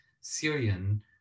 Syrian